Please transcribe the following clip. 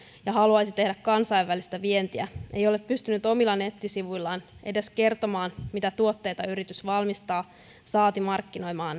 ja haluaisi tehdä kansainvälistä vientiä ei ole pystynyt omilla nettisivuillaan edes kertomaan mitä tuotteita yritys valmistaa saati markkinoimaan